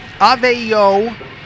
Aveo